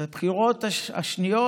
בבחירות השניות,